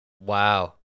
Wow